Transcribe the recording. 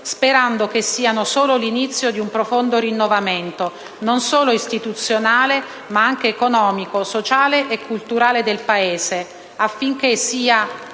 sperando che siano solo l'inizio di un profondo rinnovamento, non solo istituzionale, ma anche economico, sociale e culturale del Paese, affinché esso